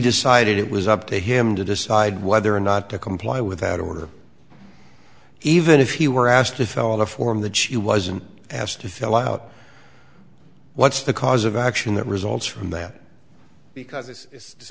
decided it was up to him to decide whether or not to comply with that order even if he were asked to fill a form that she wasn't asked to fill out what's the cause of action that results from that because it's